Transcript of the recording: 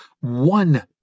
one